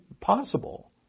possible